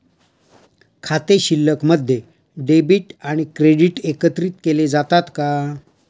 खाते शिल्लकमध्ये डेबिट आणि क्रेडिट एकत्रित केले जातात का?